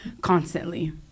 constantly